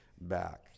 back